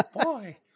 boy